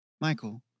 Michael